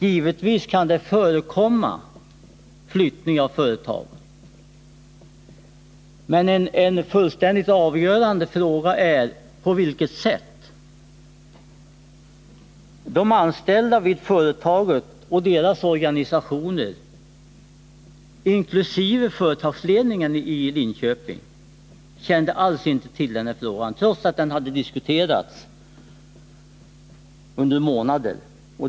Givetvis kan flyttningar av företag förekomma, men den helt avgörande frågan är på vilket sätt dessa sker. De anställda vid det företag vi här talar om och deras organisationer — inkl. företagsledningen i Linköping — kände alls inte till frågan trots att den hade diskuterats i månader.